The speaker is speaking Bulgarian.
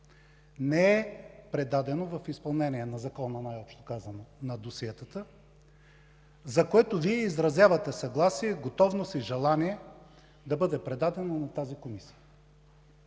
не е предадено в изпълнение на Закона, най-общо казано, за досиетата, за което Вие изразявате съгласие, готовност и желание да бъде предадено на тази Комисия?